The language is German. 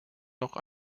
noch